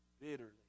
bitterly